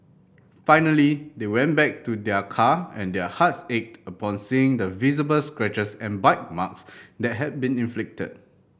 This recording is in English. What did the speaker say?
finally they went back to their car and their hearts ached upon seeing the visible scratches and bite marks that had been inflicted